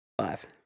Five